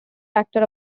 rector